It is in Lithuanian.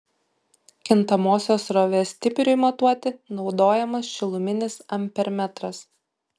kintamosios srovės stipriui matuoti naudojamas šiluminis ampermetras